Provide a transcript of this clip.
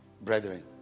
Brethren